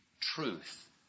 truth